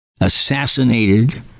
assassinated